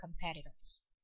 competitors